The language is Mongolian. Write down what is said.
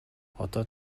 одоо